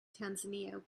tanzania